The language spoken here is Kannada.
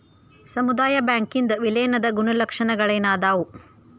ಸಮುದಾಯ ಬ್ಯಾಂಕಿಂದ್ ವಿಲೇನದ್ ಗುಣಲಕ್ಷಣಗಳೇನದಾವು?